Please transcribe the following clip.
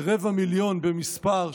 כרבע מיליון במספר,